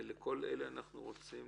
ולכל אלה אנחנו רוצים